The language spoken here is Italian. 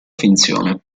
finzione